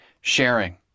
sharing